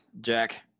Jack